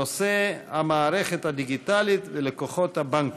הנושא: המערכת הדיגיטלית ולקוחות הבנקים.